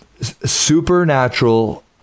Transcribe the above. supernatural